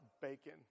bacon